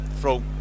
Throw